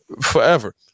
forever